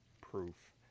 proof